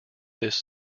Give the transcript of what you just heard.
this